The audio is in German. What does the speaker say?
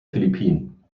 philippinen